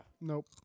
Nope